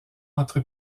entre